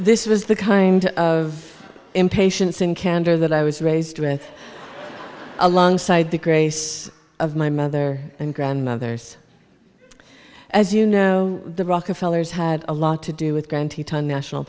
this was the kind of impatience and candor that i was raised with alongside the grace of my mother and grandmothers as you know the rockefeller's had a lot to do with